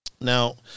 Now